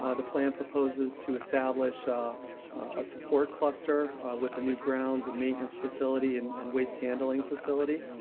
ah the plan proposes to establish ah a support cluster with a new grounds and maintenance facility and and waste handling facility.